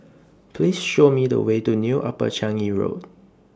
Please Show Me The Way to New Upper Changi Road